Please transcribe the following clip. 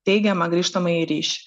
teigiamą grįžtamąjį ryšį